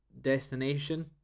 destination